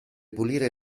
pulire